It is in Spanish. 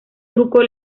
truco